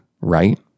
right